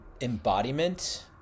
embodiment